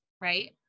right